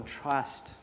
trust